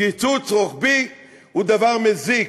קיצוץ רוחבי הוא דבר מזיק,